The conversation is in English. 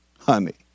honey